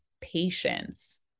patience